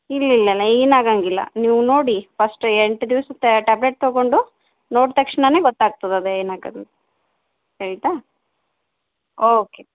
ಇಲ್ಲ ಇಲ್ಲ ನ ಏನೂ ಆಗೋಂಗಿಲ್ಲ ನೀವು ನೋಡಿ ಫಸ್ಟ್ ಎಂಟು ದಿವ್ಸ ಟ್ಯಾಬ್ಲೆಟ್ ತೊಗೊಂಡು ನೋಡ್ದ ತಕ್ಷ್ಣವೇ ಗೊತ್ತಾಗ್ತದೆ ಅದು ಏನು ಆಗ್ಯದೆ ಓಕೆ